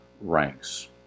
ranks